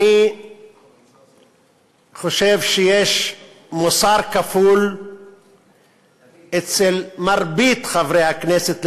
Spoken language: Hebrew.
אני חושב שיש מוסר כפול אצל מרבית חברי הכנסת,